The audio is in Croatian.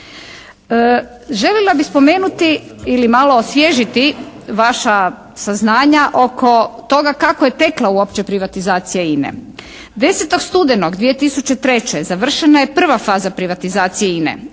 Željela bih spomenuti ili malo osvježiti vaša saznanja oko toga kako je tekla uopće privatizacija INA-e? 10. studenog 2003. završena je prva faza privatizacije INA-e.